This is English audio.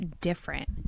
different